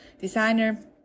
designer